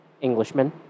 Englishman